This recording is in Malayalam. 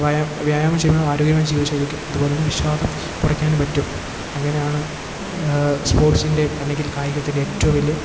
വായാ വ്യായാമം ചെയ്യുമ്പോഴാണാരോഗ്യമായി ജീവിത ശൈലിക്കും അതു പോലെ തന്നെ വിഷാദം കുറയ്ക്കാൻ പറ്റും അങ്ങനെയാണ് സ്പോട്ട്സിൻ്റെ അല്ലെങ്കിൽ കായികത്തിൻ്റെ ഏറ്റവും വലിയ